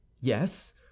Yes